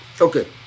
Okay